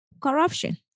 Corruption